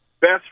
best